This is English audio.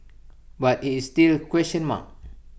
but IT is still question mark